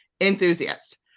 enthusiast